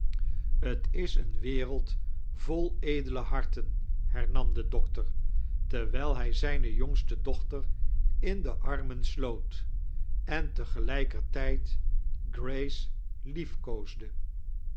t is een wereld vol edele harten liernam die doctor terwijl hij zijne jongste dochter in de armen sloot en tegelijkertijd grace